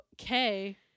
okay